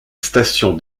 station